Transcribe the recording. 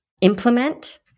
Implement